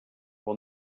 will